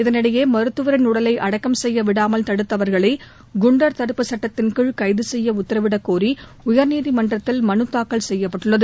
இதளிடையே மருத்துவரின் உடலை அடக்கம் செய்யவிடாமல் தடுத்தவர்களை குண்டர் தடுப்புச் சுட்டத்தின்கீழ் கைது செய்ய உத்தரவிடக்கோரி உயர்நீதிமன்றத்தில் மனுத்தாக்கல் செய்யப்பட்டுள்ளது